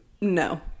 No